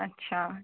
अच्छा